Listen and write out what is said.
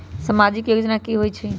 समाजिक योजना की होई छई?